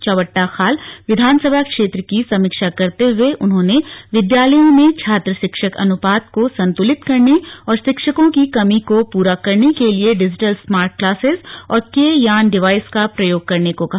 चौबट्टाखाल विधानसभा क्षेत्र की समीक्षा करते हुए उन्होंने विद्यालयों में छात्र शिक्षक अनुपात को संतुलित करने और शिक्षको की कमी को पूरा करने के लिए डिजिटल स्मार्ट क्लासेज और के यान डिवाइस का प्रयोग करने को कहा